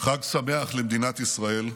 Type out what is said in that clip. חג שמח למדינת ישראל.